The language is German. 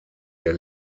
der